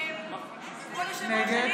נגד כבוד היושב-ראש,